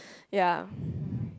ya